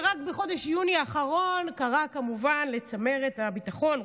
שרק בחודש יוני האחרון קראה כמובן לצמרת הביטחון,